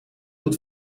doet